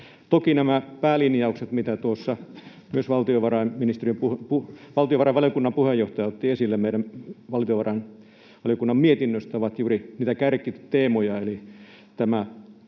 Toki nämä päälinjaukset, mitä tuossa myös valtiovarainvaliokunnan puheenjohtaja otti esille meidän valtiovarainvaliokunnan mietinnöstä, ovat juuri niitä kärkiteemoja,